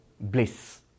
bliss